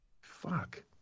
Fuck